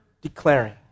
declaring